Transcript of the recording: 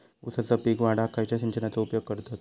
ऊसाचा पीक वाढाक खयच्या सिंचनाचो उपयोग करतत?